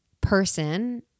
person